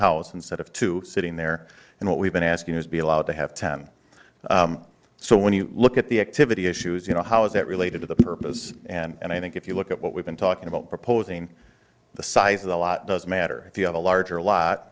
house instead of two sitting there and what we've been asking is be allowed to have ten so when you look at the activity issues you know how is that related to the purpose and i think if you look at what we've been talking about proposing the size of the lot doesn't matter if you have a larger lot